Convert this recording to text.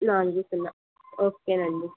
నాలుగు సున్నా ఓకే అండి